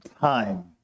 time